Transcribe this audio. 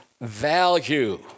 value